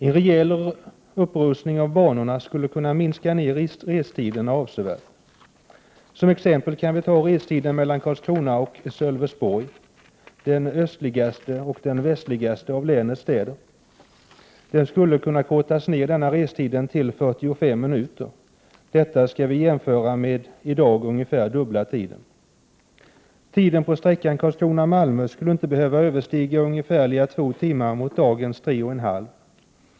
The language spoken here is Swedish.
En rejäl upprustning av banorna skulle kunna minska restiderna avsevärt. Som exempel kan tas restiden mellan Karlskrona och Sölvesborg, den östligaste resp. västligaste av länets städer. Den skulle kunna kortas ned till ca 45 minuter. Detta skall vi jämföra med den tid resan tar i dag, ungefär dubbla tiden. Tiden för sträckan Karlskrona-Malmö skulle inte behöva överstiga två timmar mot dagens tre och en halv.